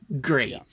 Great